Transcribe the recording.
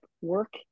work